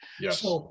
Yes